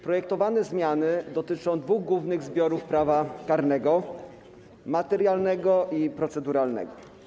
Projektowane zmiany dotyczą dwóch głównych zbiorów prawa karnego: materialnego i proceduralnego.